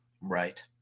Right